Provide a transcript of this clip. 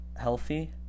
healthy